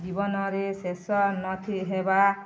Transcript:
ଜୀବନରେ ଶେଷ ନ ହେବା